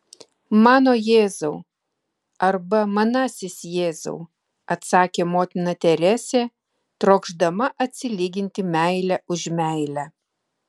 mano jėzau arba manasis jėzau atsakė motina teresė trokšdama atsilyginti meile už meilę